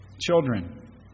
Children